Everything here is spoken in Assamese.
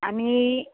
আমি